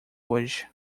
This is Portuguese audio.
hoje